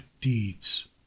deeds